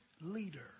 leader